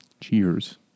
Cheers